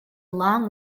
long